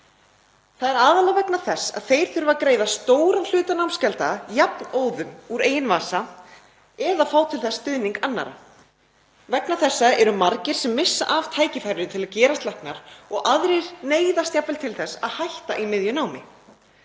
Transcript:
Það er aðallega vegna þess að þeir þurfa að greiða stóran hluta námsgjalda jafnóðum úr eigin vasa eða fá til þess stuðning annarra. Vegna þessa eru margir sem missa af tækifærinu til að gerast læknar og aðrir neyðast jafnvel til þess að hætta í miðju námi.